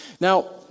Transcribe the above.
Now